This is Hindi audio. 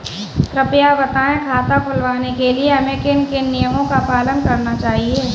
कृपया बताएँ खाता खुलवाने के लिए हमें किन किन नियमों का पालन करना चाहिए?